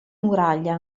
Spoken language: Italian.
muraglia